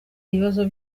ibibazo